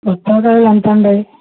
బత్తాయికాయలు ఎంత అండి